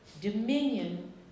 dominion